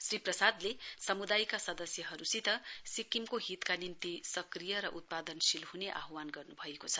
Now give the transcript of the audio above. श्री प्रसादले समुदायका सदस्यहरूसित सिक्किमको हितका निम्ति सक्रिय र उत्पादनशील हुने आह्वान गर्नु भएको छ